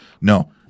No